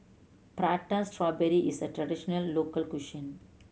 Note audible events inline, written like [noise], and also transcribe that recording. Prata Strawberry is a traditional local [unintelligible]